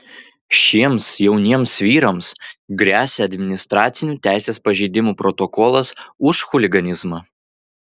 šiems jauniems vyrams gresia administracinių teisės pažeidimų protokolas už chuliganizmą